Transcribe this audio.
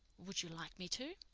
would you like me to?